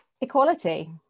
Equality